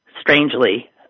strangely